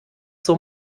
zur